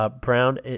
Brown